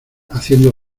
haciendo